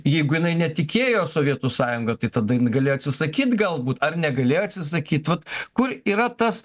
jeigu jinai netikėjo sovietų sąjunga tai tada jin galėjo atsisakyt galbūt ar negalėjo atsisakyt vat kur yra tas